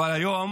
אבל היום